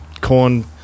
Corn